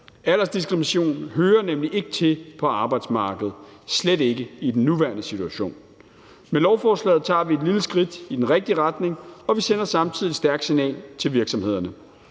Aldersdiskrimination hører nemlig ikke til på arbejdsmarkedet, slet ikke i den nuværende situation. Med lovforslaget tager vi et lille skridt i den rigtige retning, og vi sender samtidig et stærkt signal til virksomhederne.